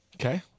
Okay